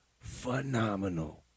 phenomenal